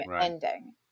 ending